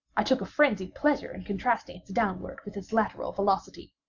i took a frenzied pleasure in contrasting its downward with its lateral velocity.